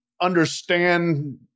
understand